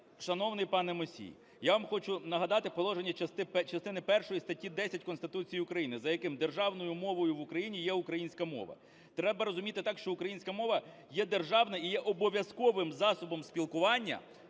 Шановний пане Мусій, я вам хочу нагадати положення частини першої статті 10 Конституції України, за яким державною мовою в Україні є українська мова. Треба розуміти так, що українська мова є державна і є обов'язковим засобом спілкування